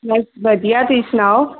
ਬਸ ਵਧੀਆ ਤੁਸੀਂ ਸੁਣਾਓ